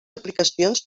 aplicacions